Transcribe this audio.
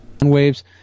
...waves